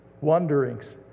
wanderings